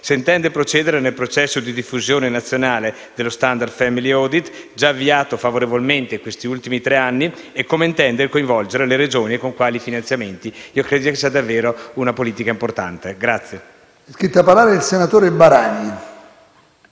se intende procedere nel processo di diffusione nazionale dello *standard family audit*, già avviato favorevolmente in questi ultimi tre anni e come intende coinvolgere le Regioni e con quali finanziamenti. Io credo sia davvero una politica importante.